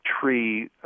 tree